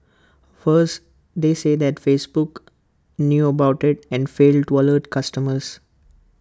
worse they say that Facebook knew about IT and failed to alert customers